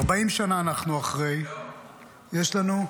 40 שנה אנחנו אחרי, יש לנו --- לא.